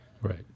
right